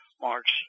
marks